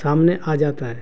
سامنے آ جاتا ہے